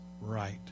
right